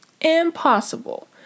impossible